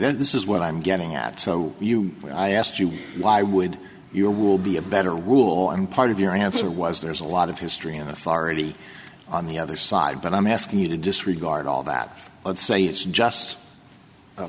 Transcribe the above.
then this is what i'm getting at so you when i asked you why would you will be a better rule and part of your answer was there's a lot of history and authority on the other side but i'm asking you to disregard all that and say it's just a